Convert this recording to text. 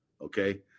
Okay